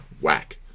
whack